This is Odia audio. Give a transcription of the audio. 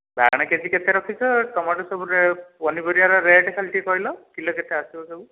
ବାଇଗଣ କେ ଜି କେତେ ରଖିଛ ଟମାଟୋ ସବୁ ପନିପରିବାର ରେଟ୍ ଖାଲି ଟିକିଏ କହିଲ କିଲୋ କେତେ ଆସିବ ସବୁ